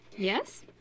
Yes